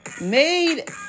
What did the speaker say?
made